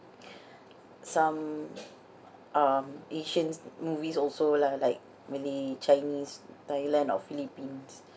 some um asians movies also lah like malay chinese thailand or philippines